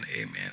amen